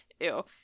ew